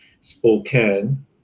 Spokane